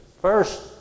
First